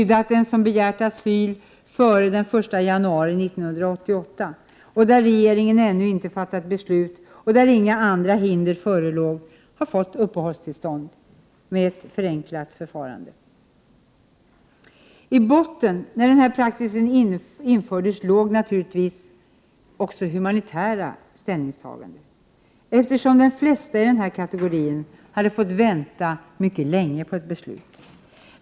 De som begärt asyl före den 1 januari 1988 och där regeringen ännu inte fattat beslut och där inga andra hinder förelåg har fått uppehållstillstånd med ett förenklat förfarande. I botten, när denna praxis infördes, låg naturligtvis också humanitära ställningstaganden, eftersom de flesta i den kategorin hade fått vänta mycket länge på ett beslut.